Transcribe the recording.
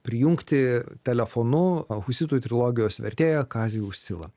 prijungti telefonu husitų trilogiją vertėją kazį uscilą